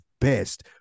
best